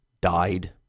died